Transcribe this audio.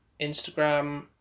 instagram